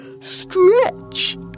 stretch